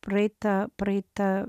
praeitą praeitą